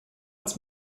als